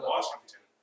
Washington